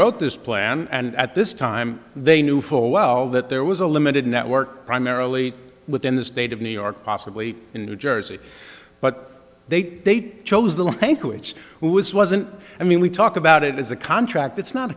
wrote this plan and at this time they knew full well that there was a limited network primarily within the state of new york possibly in new jersey but they they'd chose the bank which was wasn't i mean we talk about it as a contract it's not